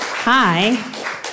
Hi